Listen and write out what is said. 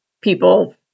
people